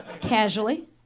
casually